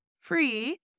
free